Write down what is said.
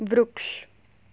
વૃક્ષ